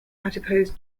adipose